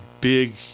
big